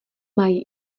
mají